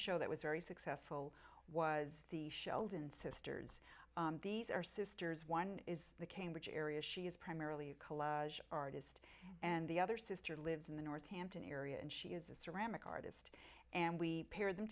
show that was very successful was the sheldon sisters these are sisters one is the cambridge area she is primarily a collage artist and the other sister lives in the north hampton area and she is a ceramic artist and we pair them